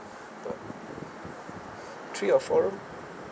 three or four room